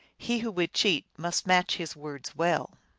he who would cheat must watch his words well.